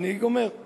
אני גומר.